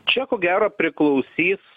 čia ko gero priklausys